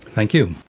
thank you.